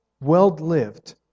well-lived